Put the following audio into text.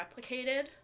replicated